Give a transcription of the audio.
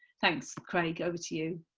thanks craig, over to you.